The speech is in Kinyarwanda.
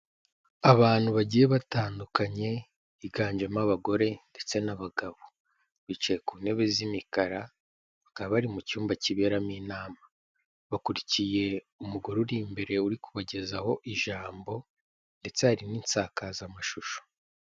Abantu bagiye batandukanye higanjemo abagore ndetse n'abagabo, bicaye ku ntebe z'imikara bakaba bari mu cyumba kiberamo inama, bakurikiye umugore uri imbere uri kubagezaho ijambo ndetse hari n'insakazamashusho.